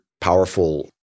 powerful